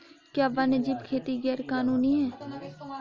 क्या वन्यजीव खेती गैर कानूनी है?